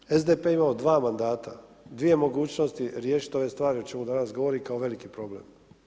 I ako je SDP imao dva mandata, dvije mogućnosti riješit ove stvari o čemu danas govorim, kao veliki problem.